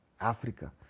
Africa